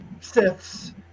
Siths